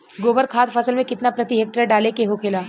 गोबर खाद फसल में कितना प्रति हेक्टेयर डाले के होखेला?